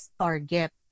target